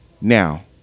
Now